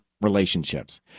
relationships